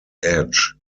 edge